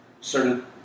Certain